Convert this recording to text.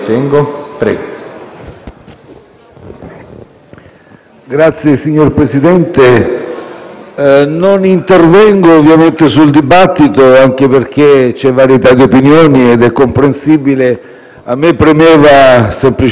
non intervengo sul dibattito, anche perché c'è varietà di opinioni ed è comprensibile; a me preme semplicemente riassumere, anche per doverosa trasparenza nei confronti del